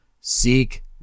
seek